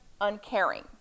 uncaring